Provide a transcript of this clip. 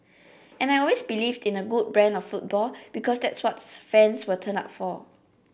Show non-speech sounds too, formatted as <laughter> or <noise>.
and I always believed in a good brand of football because that's what <unintelligible> fans will turn up for